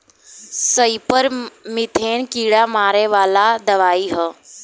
सईपर methane कीड़ा मारे वाला दवाई ह